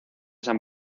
san